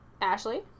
Ashley